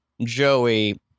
Joey